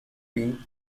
been